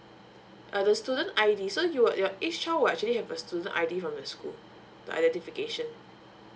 uh the student I_D so you would your each child will actually have a student I_D from the school the identification